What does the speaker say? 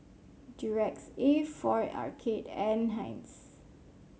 Durex A for Arcade and Heinz